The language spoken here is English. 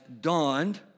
dawned